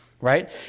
right